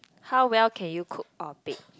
how well can you cook or bake